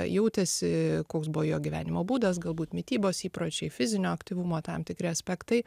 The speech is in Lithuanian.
jautėsi koks buvo jo gyvenimo būdas galbūt mitybos įpročiai fizinio aktyvumo tam tikri aspektai